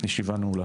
הישיבה נעולה.